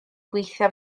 gweithio